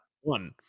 one